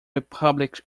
republic